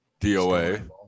DOA